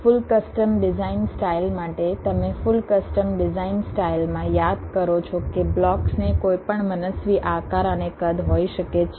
full custom design style માટે તમે full custom design સ્ટાઇલમાં યાદ કરો છો કે બ્લોક્સને કોઈપણ મનસ્વી આકાર અને કદ હોઈ શકે છે